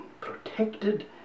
protected